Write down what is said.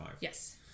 Yes